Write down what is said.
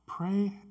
Pray